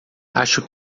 acho